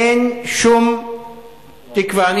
אין שום תקווה.